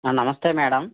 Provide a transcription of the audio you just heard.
ఆ నమస్తే మేడం